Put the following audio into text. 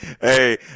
hey